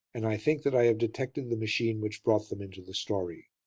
and i think that i have detected the machine which brought them into the story.